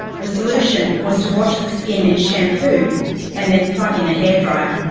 the solution was to wash the skin in shampoo and then plug in a hair-dryer.